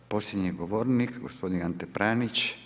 I posljednji govornik, gospodin Ante Pranić.